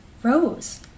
rose